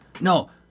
no